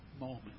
moment